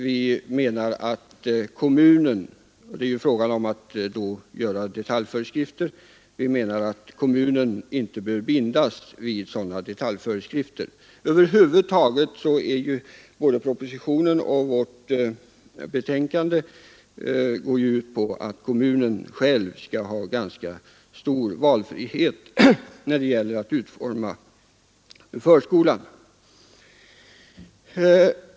Vi menar att kommunen inte behöver bindas vid sådana detaljföreskrifter som det är fråga om här. Över huvud taget går både propositionen och socialutskottets betänkande ut på att kommunen själv skall ha ganska stor valfrihet när det gäller att utforma förskolan.